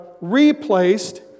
replaced